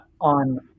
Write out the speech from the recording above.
on